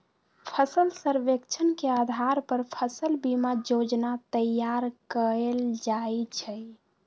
फसल सर्वेक्षण के अधार पर फसल बीमा जोजना तइयार कएल जाइ छइ